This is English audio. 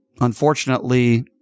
unfortunately